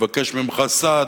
ומבקש ממך סעד.